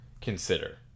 consider